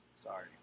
Sorry